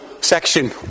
section